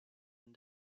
and